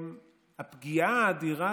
הפגיעה האדירה